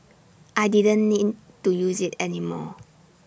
I didn't need to use IT anymore